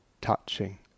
touching